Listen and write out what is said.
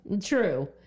True